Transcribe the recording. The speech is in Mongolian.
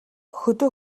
хөдөө